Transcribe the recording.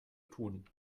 tun